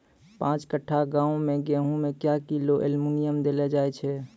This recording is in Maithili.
पाँच कट्ठा गांव मे गेहूँ मे क्या किलो एल्मुनियम देले जाय तो?